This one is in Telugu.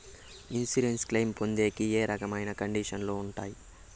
ఇన్సూరెన్సు క్లెయిమ్ పొందేకి ఏ రకమైన కండిషన్లు ఉంటాయి?